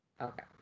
Okay